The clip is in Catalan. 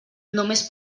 només